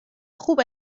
خوب